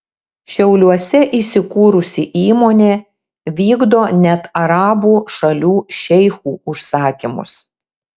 šiauliuose įsikūrusi įmonė vykdo net arabų šalių šeichų užsakymus